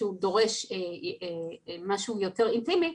שהוא דורש טיפול יותר אינטימי,